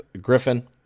Griffin